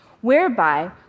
whereby